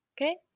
Okay